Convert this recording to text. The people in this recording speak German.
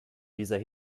dieser